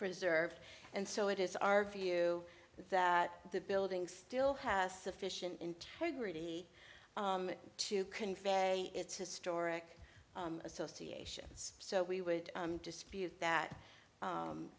preserved and so it is our view that the building still has sufficient integrity to convey its historic associations so we would dispute that